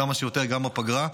כמה שיותר גם בפגרה.